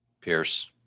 Pierce